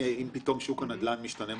פתאום שוק הנדל"ן משתנה מהותית,